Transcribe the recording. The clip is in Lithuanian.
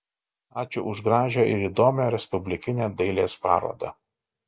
ačiū už gražią ir įdomią respublikinę dailės parodą